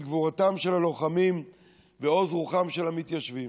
גבורתם של הלוחמים ועוז רוחם של המתיישבים,